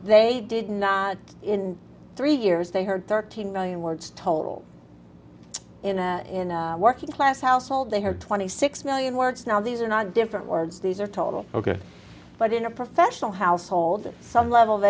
they did not in three years they heard thirteen million words told in a in a working class household they had twenty six million words now these are not different words these are total ok but in a professional household that some level of